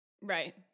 Right